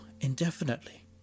indefinitely